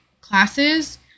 classes